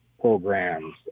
programs